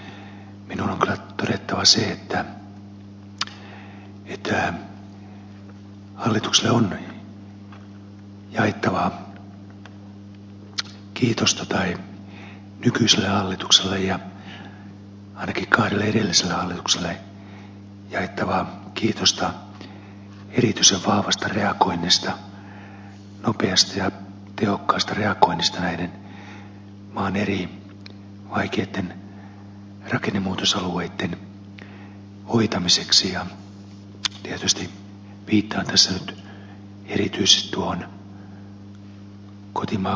mutta minun on kyllä todettava se että nykyiselle hallitukselle ja ainakin kahdelle edelliselle hallitukselle on jaettava kiitosta erityisen vahvasta reagoinnista nopeasta ja tehokkaasta reagoinnista maan eri vaikeitten rakennemuutosalueitten hoitamiseksi ja tietysti viittaan tässä nyt erityisesti kotimaakuntaani kainuuseen ja kajaaniin